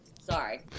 Sorry